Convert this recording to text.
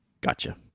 Gotcha